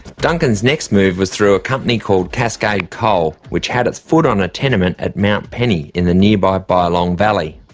duncan's next move was through a company called cascade coal, which had its foot on ah tenement at mount penny in the nearby bylong valley.